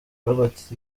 robert